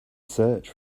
search